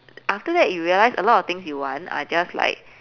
after that you realise a lot of things you want are just like